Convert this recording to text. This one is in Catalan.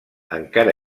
encara